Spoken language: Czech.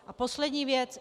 A poslední věc.